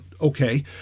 okay